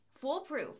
foolproof